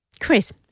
Chris